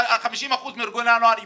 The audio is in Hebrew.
50% מארגוני הנוער ייפלו,